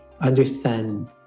understand